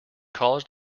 college